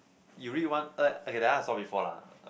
you read one uh okay that I ask you before lah